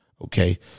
okay